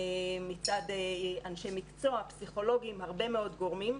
מצד אנשי מקצוע, פסיכולוגים הרבה מאוד גורמים.